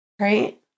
Right